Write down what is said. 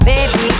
Baby